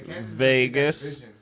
Vegas